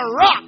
rock